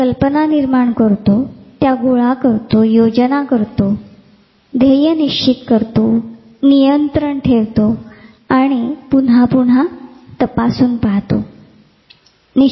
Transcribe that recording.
आपण कल्पना निर्माण करतो त्या गोळा करतो योजना करतो लक्ष्य ध्येय निश्चित करतो नियंत्रण ठेवतो आणि पुन्हा पुन्हा तपासून पाहतो